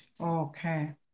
Okay